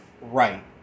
right